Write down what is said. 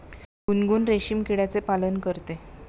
गुनगुन रेशीम किड्याचे पालन करते